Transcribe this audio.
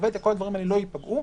הוותק וכל הדברים האלה לא ייפגעו.